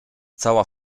cała